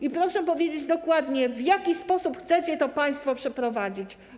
I proszę powiedzieć dokładnie, w jaki sposób chcecie to państwo przeprowadzić.